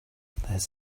this